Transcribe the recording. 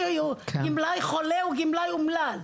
גמלאי חולה הוא גמלאי אומלל.